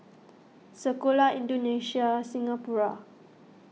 Sekolah Indonesia Singapura